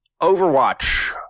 overwatch